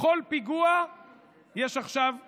לכל פיגוע יש עכשיו תירוץ,